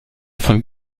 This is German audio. von